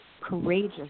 courageous